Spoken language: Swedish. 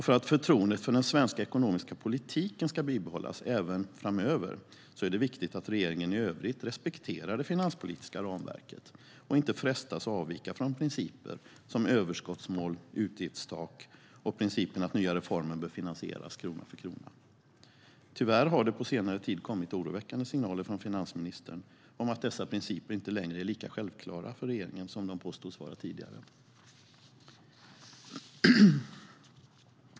För att förtroendet för den svenska ekonomiska politiken ska bibehållas även framöver är det viktigt att regeringen respekterar det finanspolitiska ramverket i övrigt och inte frestas att avvika från principer som överskottsmål, utgiftstak och att nya reformer bör finansieras krona för krona. Tyvärr har det på senare tid kommit oroväckande signaler från finansministern om att dessa principer inte längre är lika självklara för regeringen som de påstods vara tidigare.